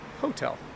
hotel